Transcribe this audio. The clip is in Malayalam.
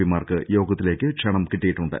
പിമാർക്ക് യോഗത്തിലേക്ക് ക്ഷണം കിട്ടി യിട്ടുണ്ട്